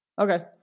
Okay